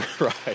Right